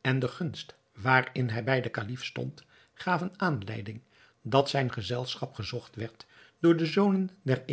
en de gunst waarin hij bij den kalif stond gaven aanleiding dat zijn gezelschap gezocht werd door de zonen der